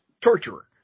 torturer